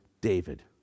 David